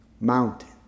mountain